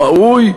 הוא ראוי,